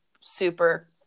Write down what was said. super